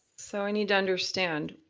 so i need to understand.